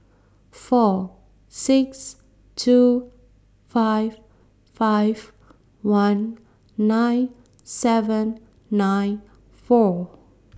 four six two five five one nine seven nine four